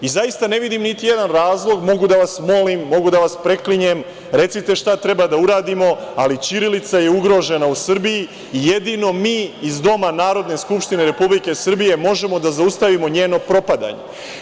I zaista ne vidim niti jedan razlog, mogu da vas molim, mogu da vas preklinjem, recite šta treba da uradimo, ali ćirilica je ugrožena u Srbiji, jedino mi iz doma Narodna skupštine Republike Srbije možemo da zaustavimo njeno propadanje.